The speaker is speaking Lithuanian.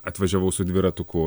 atvažiavau su dviratuku